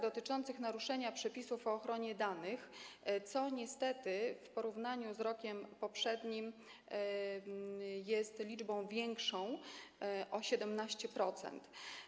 dotyczących naruszenia przepisów o ochronie danych, co niestety w porównaniu z rokiem poprzednim jest liczbą większą o 17%.